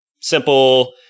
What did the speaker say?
simple